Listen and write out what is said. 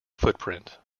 footprint